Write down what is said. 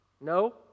No